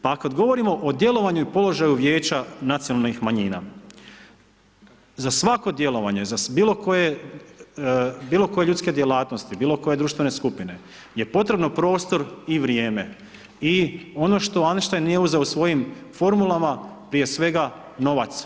Pa kada govorimo o djelovanju i položaju vijeća nacionalnih manjina, za svako djelovanje, za bilo koje ljudske djelatnosti, bilo koje društvene skupine, je potrebno prostor i vrijeme i ono što Einstein nije uzeo u svojim formulama, prije svega novac.